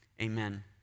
amen